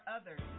Others